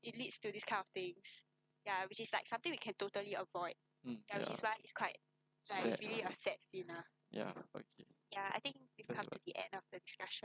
mm ya sad ya okay that's about it